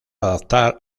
adaptar